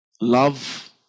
love